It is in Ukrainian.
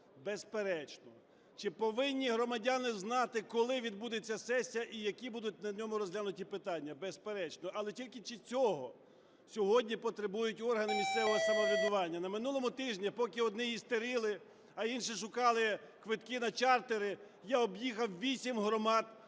Безперечно. Чи повинні громадяни знати коли відбудеться сесія і які будуть на ній розглянуті питання? Безперечно. Але тільки чи цього сьогодні потребують органи місцевого самоврядування? На минулому тижні, поки одні істерили, а інші шукали квитки на чартери, я об'їхав вісім громад